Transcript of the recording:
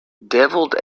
devilled